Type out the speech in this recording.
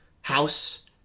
house